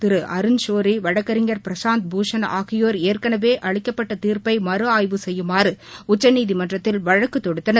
திரு அருண்ஷோரி வழக்கறிஞர் பிரசாந்த் பூஷன் ஆகியோர் ஏற்கனவே அளிக்கப்பட்ட தீர்ப்பை மறு ஆய்வு செய்யுமாறு உச்சநீதிமன்றத்தில் வழக்கு தொடுத்தனர்